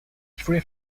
three